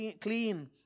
clean